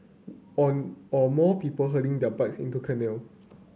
or or more people hurling their bikes into canal